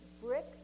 brick